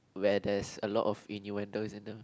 where there's a lot of innuendoes in them